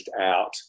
out